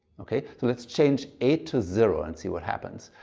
ok, so let's change eight to a zero and see what happens.